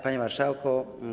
Panie Marszałku!